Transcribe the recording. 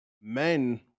men